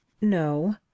no